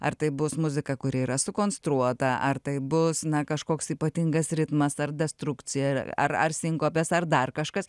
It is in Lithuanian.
ar taip bus muzika kuri yra sukonstruota ar tai bus na kažkoks ypatingas ritmas ar destrukcija ar ar sinkopės ar dar kažkas